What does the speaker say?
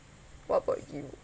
what about you